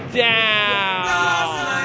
down